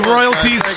royalties